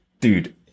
dude